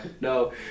No